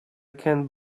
can